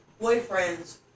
boyfriend's